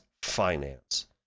Finance